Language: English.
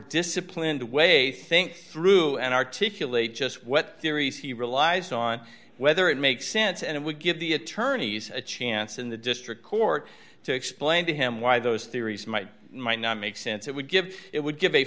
disciplined way think through and articulate just what series he relies on whether it makes sense and it would give the attorneys a chance in the district court to explain to him why those theories might might not make sense it would give it would give a